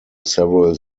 several